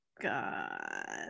god